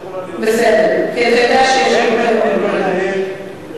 ודאי שאת יכולה להיות שקטה,